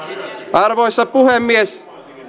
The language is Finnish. arvoisa puhemies